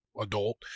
adult